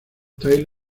tyler